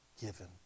given